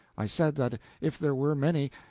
i said that if there were many,